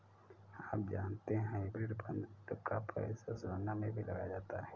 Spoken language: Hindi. आप जानते है हाइब्रिड फंड का पैसा सोना में भी लगाया जाता है?